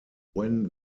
when